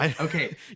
Okay